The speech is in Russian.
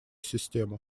систему